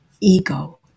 ego